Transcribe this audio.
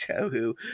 Tohu